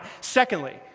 Secondly